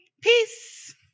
Peace